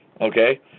Okay